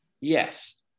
Yes